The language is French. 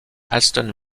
aston